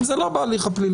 אם זה לא בהליך הפלילי.